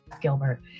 Gilbert